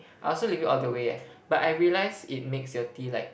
I also leave it all the way eh but I realize it makes your tea like